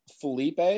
Felipe